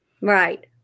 Right